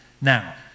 Now